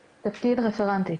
תפקיד, רפרנטית.